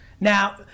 Now